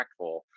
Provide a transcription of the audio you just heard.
impactful